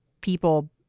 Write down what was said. people